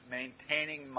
maintaining